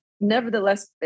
nevertheless